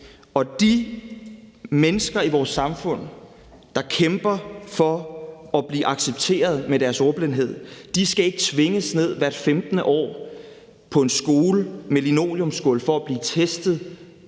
Og de mennesker i vores samfund, der kæmper for at blive accepteret med deres at ordblindhed, skal ikke tvinges ned hvert 15. år på en skole med linoleumsgulv for at blive testet